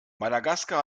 madagaskar